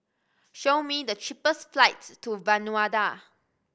show me the cheapest flights to Vanuatu